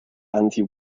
anti